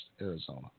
Arizona